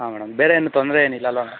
ಹಾಂ ಮೇಡಮ್ ಬೇರೆ ಏನೂ ತೊಂದರೆ ಏನು ಇಲ್ಲವಲ್ಲ ಮೇಡಮ್